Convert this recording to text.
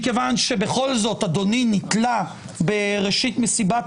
מכיוון שבכל זאת אדוני נתלה בראשית מסיבת